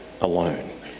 alone